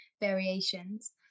variations